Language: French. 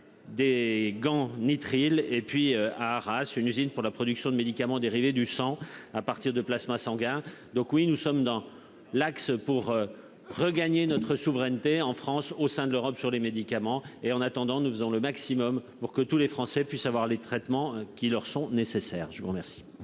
des gants nitrites et puis à Arras une usine pour la production de médicaments dérivés du sang. À partir de plasma sanguin. Donc oui nous sommes dans l'axe pour regagner notre souveraineté en France au sein de l'Europe sur les médicaments et en attendant, nous faisons le maximum pour que tous les Français puissent avoir les traitements qui leur sont nécessaires. Je vous remercie.--